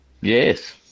Yes